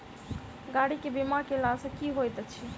गाड़ी केँ बीमा कैला सँ की होइत अछि?